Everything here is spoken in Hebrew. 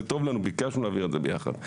זה טוב לנו, ביקשנו להעביר את זה ביחד.